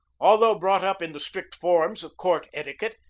although brought up in the strict forms of court etiquette,